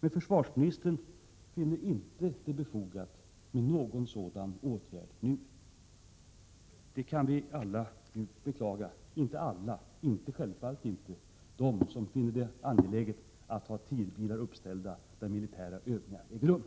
Men försvarsministern finner det inte befogat med någon sådan åtgärd nu. Detta kan vi djupt beklaga. Det beklagas dock självfallet inte av dem som finner det angeläget att ha TIR-bilar uppställda där militära övningar äger rum.